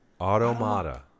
Automata